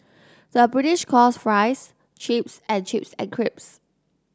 the British calls fries chips and chips creeps